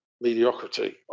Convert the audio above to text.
mediocrity